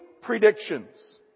predictions